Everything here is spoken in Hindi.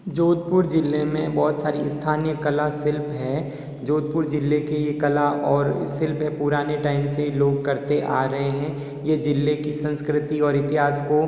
जोधपुर जिले में बहुत सारी स्थानीय कला शिल्प है जोधपुर जिले के ये कला और शिल्प पुराने टाइम से ही लोग करते आ रहे हैं ये जिले की संस्कृति और इतिहास को